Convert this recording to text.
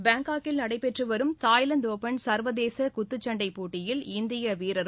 பாங்காக்கில் நடைபெற்று வரும் தாய்லாந்து ஒப்பள் சர்வதேச குத்துச்சண்டை போட்டியில் இந்திய வீரரும்